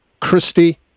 Christie